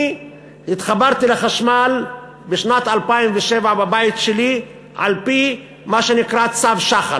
התחברתי לחשמל בשנת 2007 בבית שלי על-פי מה שנקרא צו שחל,